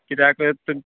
कित्याक थंन्